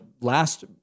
last